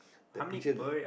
the picture the